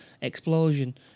explosion